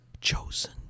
chosen